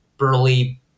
burly